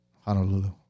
Honolulu